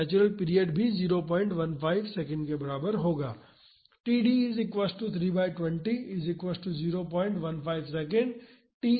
तो natural period भी 015 second के बराबर होगा